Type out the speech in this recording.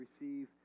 receive